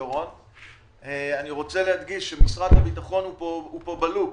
אני רוצה להדגיש שמשרד הביטחון הוא כאן ב-לופ.